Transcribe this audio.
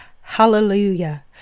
Hallelujah